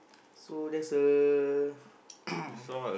so there is a